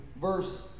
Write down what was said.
verse